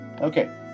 okay